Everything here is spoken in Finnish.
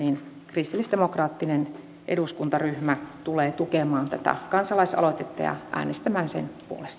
kristillisdemokraattinen eduskuntaryhmä tulee tukemaan tätä kansalaisaloitetta ja äänestämään sen